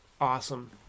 Awesome